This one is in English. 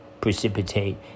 precipitate